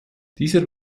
dieser